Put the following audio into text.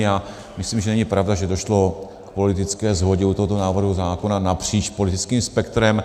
A myslím, že není pravda, že došlo k politické shodě u tohoto návrhu zákona napříč politickým spektrem.